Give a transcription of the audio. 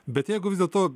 bet jeigu vis dėlto